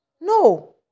No